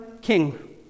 king